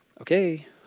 Okay